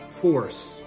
force